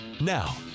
now